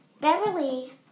Beverly